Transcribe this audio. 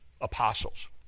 apostles